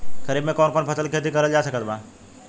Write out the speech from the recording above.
खरीफ मे कौन कौन फसल के खेती करल जा सकत बा?